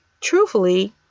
truthfully